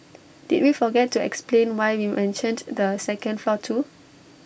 did we forget to explain why we mentioned the second floor too